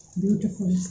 Beautiful